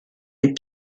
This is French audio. les